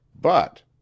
But